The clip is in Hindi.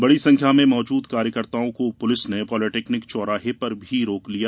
बड़ी संख्या में मौजूद कार्यकर्ताओं को पुलिस ने पालीटेकनिक चौराहे पर ही रोक लिया